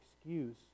excuse